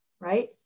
right